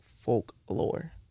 folklore